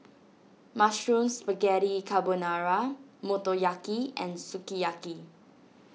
Mushroom Spaghetti Carbonara Motoyaki and Sukiyaki